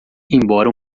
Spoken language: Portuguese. embora